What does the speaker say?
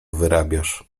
wyrabiasz